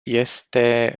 este